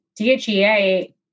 DHEA